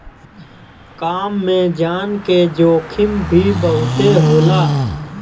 काम में जान के जोखिम भी बहुते होला